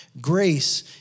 grace